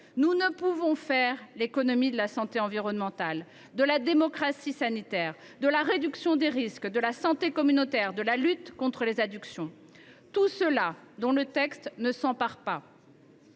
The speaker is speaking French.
Nous ne pouvons pas faire l’économie de la santé environnementale, de la démocratie sanitaire, de la réduction des risques, de la santé communautaire et de la lutte contre les addictions. Autant de sujets dont le texte ne s’empare pas